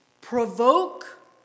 provoke